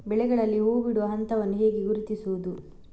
ಬೆಳೆಗಳಲ್ಲಿ ಹೂಬಿಡುವ ಹಂತವನ್ನು ಹೇಗೆ ಗುರುತಿಸುವುದು?